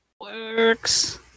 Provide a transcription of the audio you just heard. works